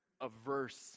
averse